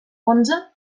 onze